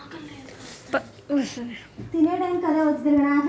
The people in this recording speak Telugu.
పశువుల ఆహారాన్ని యెంత మోతాదులో ఇస్తారు? కాన్సన్ ట్రీట్ గల దాణ ఏంటి?